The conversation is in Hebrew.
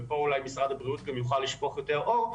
ופה אולי משרד הבריאות יוכל לשפוך יותר אור,